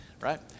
right